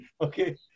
Okay